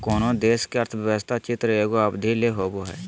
कोनो देश के अर्थव्यवस्था चित्र एगो अवधि ले होवो हइ